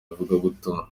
ivugabutumwa